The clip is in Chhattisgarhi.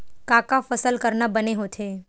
का का फसल करना बने होथे?